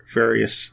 various